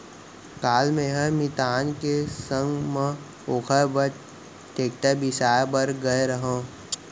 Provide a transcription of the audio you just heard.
काल मैंहर मितान के संग म ओकर बर टेक्टर बिसाए बर गए रहव